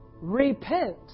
Repent